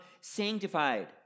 sanctified